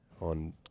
on